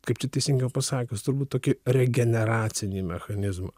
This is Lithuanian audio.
kaip čia teisingiau pasakius turbūt tokį regeneracinį mechanizmą